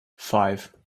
five